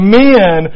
men